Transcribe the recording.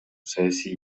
саясий